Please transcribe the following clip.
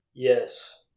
Yes